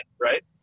right